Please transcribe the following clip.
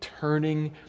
turning